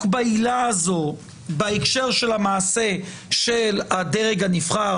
בעילה הזו בהקשר של המעשה של הדרג הנבחר,